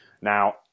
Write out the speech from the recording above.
Now